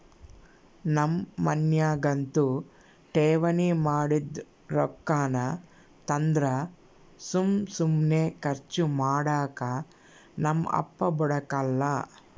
ನಮ್ ಮನ್ಯಾಗಂತೂ ಠೇವಣಿ ಮಾಡಿದ್ ರೊಕ್ಕಾನ ತಂದ್ರ ಸುಮ್ ಸುಮ್ನೆ ಕರ್ಚು ಮಾಡಾಕ ನಮ್ ಅಪ್ಪ ಬುಡಕಲ್ಲ